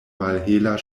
malhela